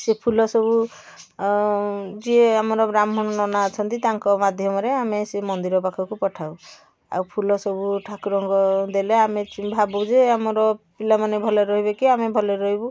ସେ ଫୁଲ ସବୁ ଯିଏ ଆମର ବ୍ରାହ୍ମଣ ନନା ଅଛନ୍ତି ତାଙ୍କ ମାଧ୍ୟମରେ ଆମେ ସେ ମନ୍ଦିର ପାଖକୁ ପଠାଉ ଆଉ ଫୁଲ ସବୁ ଠାକୁରଙ୍କ ଦେଲେ ଆମେ ଭାବୁ ଯେ ଆମର ପିଲାମାନେ ଭଲରେ ରହିବେ କି ଆମେ ଭଲରେ ରହିବୁ